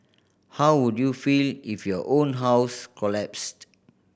how would you feel if your own house collapsed